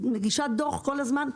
מגישה דוח כל הזמן.